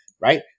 right